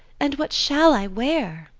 and what shall i wear?